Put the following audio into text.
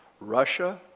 Russia